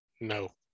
No